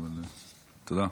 תודה.